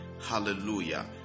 Hallelujah